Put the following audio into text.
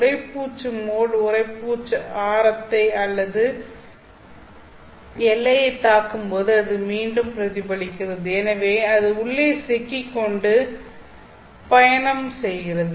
உறைப்பூச்சு மோட் உறைப்பூச்சு ஆரத்தை அல்லது எல்லையைத் தாக்கும் போது அது மீண்டும் பிரதிபலிக்கிறது எனவே அது உள்ளே சிக்கிக்கொண்டு பயணம் செய்கிறது